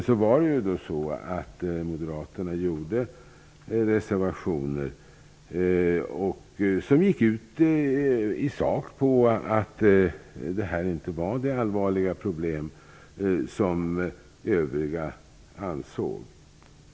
På den tiden utformade Moderaterna reservationer som i sak gick ut på att det här inte var det allvarliga problem som övriga ansåg.